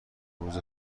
امروز